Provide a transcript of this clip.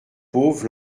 pauvre